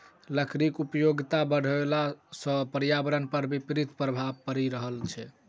लकड़ीक उपयोगिता बढ़ला सॅ पर्यावरण पर विपरीत प्रभाव पड़ि रहल छै